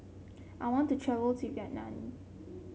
I want to travel to Vietnam